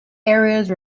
areas